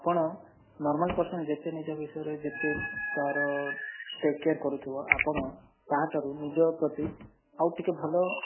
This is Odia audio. ଆପଣ ନର୍ମାଲ୍ ପର୍ସନ୍ ଯେତେ ନିଜ ବିଷୟରେ ଯେତେ ତା'ର ଟେକ୍ କେୟାର୍ କରୁଥିବ ଆପଣ ତାହାଠାରୁ ନିଜ ପ୍ରତି ଆଉ ଟିକିଏ ଭଲ